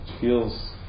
feels